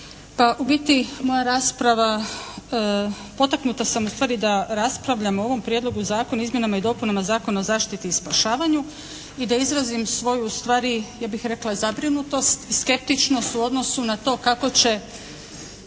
u biti moja rasprava, potaknuta sam ustvari da raspravljam o ovom Prijedlogu Zakona o izmjenama i dopunama Zakona o zaštiti i spašavanju i da izrazim svoju ustvari ja bih rekla zabrinutost i skeptičnost u odnosu na to kako će